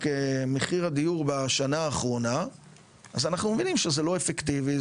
מחיר הדיור בשנה האחרונה אז אנחנו מבינים שזה לא אפקטיבי,